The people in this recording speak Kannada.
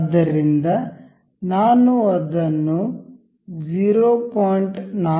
ಆದ್ದರಿಂದ ನಾನು 0